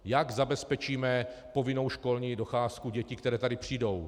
Jak zabezpečíme povinnou školní docházku dětí, které přijdou?